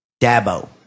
Dabo